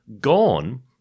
gone